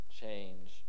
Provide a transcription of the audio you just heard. change